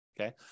Okay